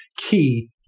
key